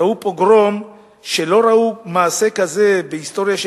ראו פוגרום שלא ראו כמוהו בהיסטוריה של